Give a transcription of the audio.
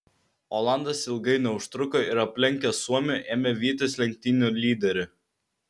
olandas ilgai neužtruko ir aplenkęs suomį ėmė vytis lenktynių lyderį